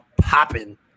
popping